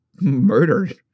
murdered